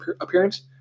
appearance